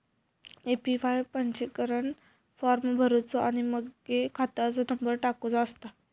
APY पंजीकरण form भरुचो आणि मगे खात्याचो नंबर टाकुचो असता